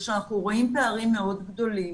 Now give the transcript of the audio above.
זה שאנחנו רואים פערים מאוד גדולים